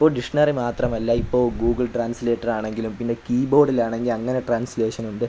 ഇപ്പോള് ഡിക്ഷണറി മാത്രമല്ല ഇപ്പോള് ഗൂഗിൾ ട്രാൻസ്ലേറ്ററാണെങ്കിലും പിന്നെ കീബോർഡിലാണെങ്കിലും അങ്ങനെ ട്രാൻസ്ലേഷനുണ്ട്